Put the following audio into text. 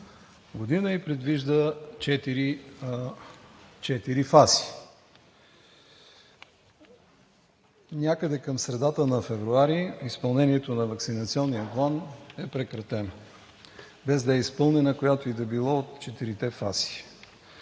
година и предвижда четири фази. Някъде към средата на февруари изпълнението на Ваксинационния план е прекратено – без да е изпълнена, която и да било от четирите